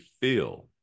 feel